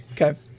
Okay